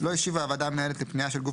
לא השיבה הוועדה המנהלת לפנייה של גוף